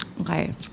Okay